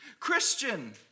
Christian